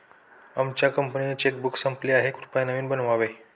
आमच्या कंपनीचे चेकबुक संपले आहे, कृपया नवीन बनवावे